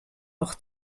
auch